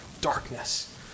darkness